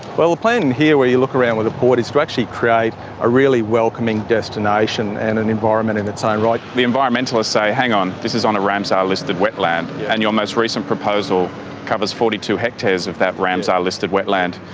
well the plan and here where you look around with the port is to actually create a really welcoming destination and an environment in its own right. the environmentalists say, hang on, this is on a ramsar listed wetland and your most recent proposal covers forty two hectares of that ramsar listed wetland.